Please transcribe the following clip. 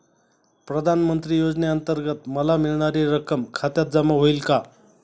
प्रधानमंत्री योजनेअंतर्गत मला मिळणारी रक्कम खात्यात जमा होईल का?